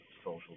social